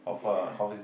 is